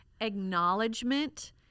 Acknowledgement